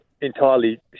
entirely